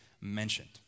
mentioned